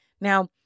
Now